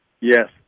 Yes